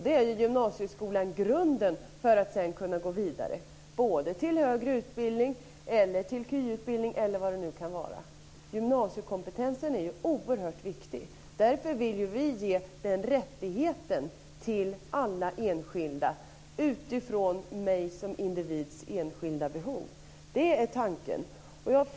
Då är gymnasieskolan grunden för att sedan kunna gå vidare både till högre utbildning, till kvalificerad yrkesutbildning osv. Gymnasiekompetensen är oerhört viktig. Därför vill vi ge den rättigheten till alla enskilda utifrån den egna individens behov. Det är tanken.